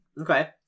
Okay